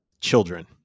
children